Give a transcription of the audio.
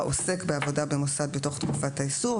העוסק בעבודה במוסד בתוך תקופת האיסור,